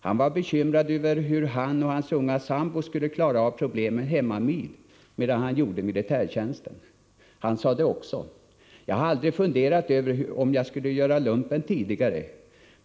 Han var bekymrad över hur han och hans unga sambo skulle klara av problemen hemmavid medan han gjorde militärtjänsten. Även han sade: ”Jag har aldrig funderat över om jag skulle göra lumpen tidigare.